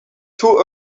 too